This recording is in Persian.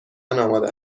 آماده